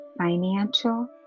financial